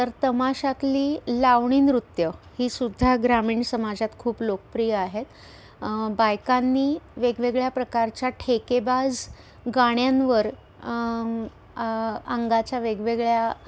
तर तमाशातली लावणी नृत्य ही सुद्धा ग्रामीण समाजात खूप लोकप्रिय आहेत बायकांनी वेगवेगळ्या प्रकारच्या ठेकेबाज गाण्यांवर अंगाच्या वेगवेगळ्या